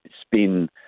spin